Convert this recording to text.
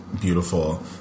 beautiful